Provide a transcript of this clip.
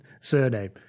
surname